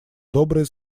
добрые